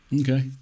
Okay